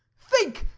think.